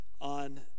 on